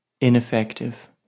ineffective